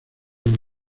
los